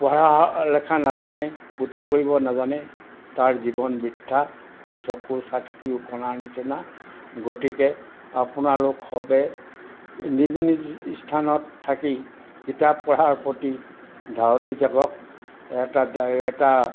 পঢ়া লেখা নাজানে পুথি পঢ়িব নাজানে তাৰ জীৱন মিথ্যা সি চকু থাকিও কণাৰ নিচিনা গতিকে আপোনালোক সবে নিজ নিজ ইস্থানত থাকি কিতাপ পঢ়াৰ প্ৰতি ধাউতি জাগক এটা এটা